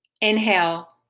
Inhale